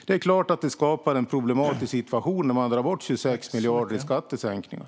Det är klart att det skapar en problematisk situation när man drar bort 26 miljarder genom skattesänkningar.